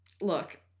look